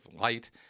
light